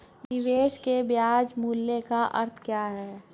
निवेश के ब्याज मूल्य का अर्थ क्या है?